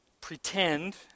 pretend